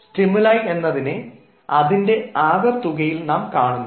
stimuli എന്നതിനെ അതിൻറെ ആകെത്തുകയിൽ നാം കാണുന്നു